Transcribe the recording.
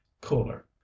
cooler